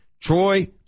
Troy